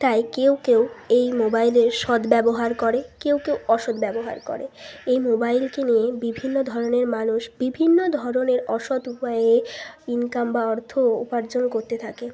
তাই কেউ কেউ এই মোবাইলের সদ্ব্যবহার করে কেউ কেউ অসদ্ব্যবহার করে এই মোবাইলকে নিয়ে বিভিন্ন ধরনের মানুষ বিভিন্ন ধরনের অসৎ উপায়ে ইনকাম বা অর্থ উপার্জন করতে থাকে